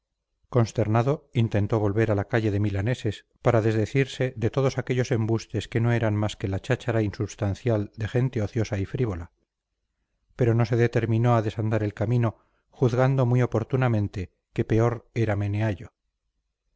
consternado intentó volver a la calle de milaneses para desdecirse de todos aquellos embustes que no eran más que cháchara insubstancial de gente ociosa y frívola pero no se determinó a desandar el camino juzgando muy oportunamente que peor era meneallo